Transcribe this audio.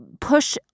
push